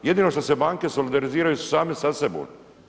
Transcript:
Jedino što se banke solidariziraju same sa sobom.